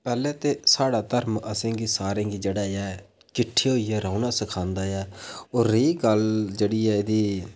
पैह्ले ते साढ़ा धर्म असें गी सारें गी जेह्ड़ा ऐ किट्ठे होइयै रौह्ना सखांदा ऐ होर रेही गल्ल जेह्ड़ी एह्दी